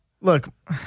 Look